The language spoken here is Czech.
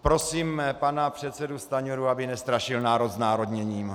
Prosím pana předsedu Stanjuru, aby nestrašil národ znárodněním.